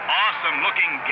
awesome-looking